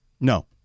No